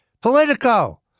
Politico